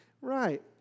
right